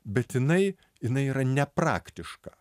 bet jinai jinai yra nepraktiška